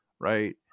right